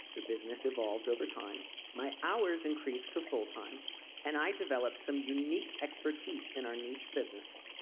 the business evolved over time my hours increased to full time and i developed some unique expertise in our niche business.